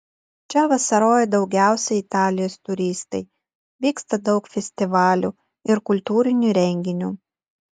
čia vasaroja daugiausiai italijos turistai vyksta daug festivalių ir kultūrinių renginių